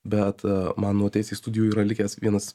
bet man nuo teisės studijų yra likęs vienas